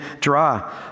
draw